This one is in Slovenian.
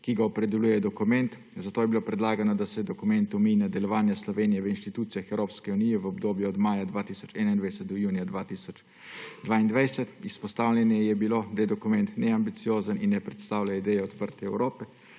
ki ga opredeljuje dokument, zato je bilo predlagano, da se dokument omeji na delovanje Slovenije v institucijah Evropske unije v obdobju od maja 2021 do junija 2022. Izpostavljeno je bilo, da je dokument neambiciozen in ne predstavlja ideje odprte Evrope.